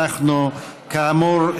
כאמור,